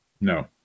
No